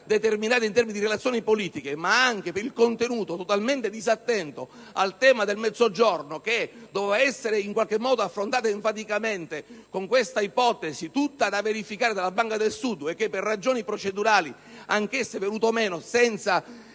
determinato in termini di relazioni politiche ma anche per il contenuto totalmente disattento al tema del Mezzogiorno, che doveva essere affrontato enfaticamente con l'ipotesi, tutta da verificare, della Banca del Sud; un emendamento che, per ragioni procedurali, è venuto meno senza